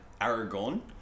Aragorn